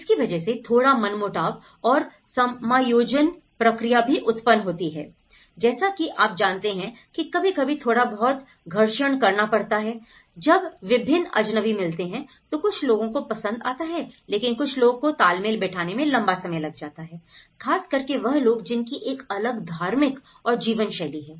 इसकी वजह से थोड़ा मनमुटाव और समायोजन प्रक्रिया भी उत्पन्न होती है जैसा कि आप जानते हैं कि कभी कभी थोड़ा बहुत घर्षण करना पड़ता है जब विभिन्न अजनबी मिलते हैं तो कुछ लोगों को पसंद आता है लेकिन कुछ लोगों को तालमेल बैठाने में लंबा समय लग जाता है खास करके वह लोग जिनकी एक अलग धार्मिक और जीवन शैली है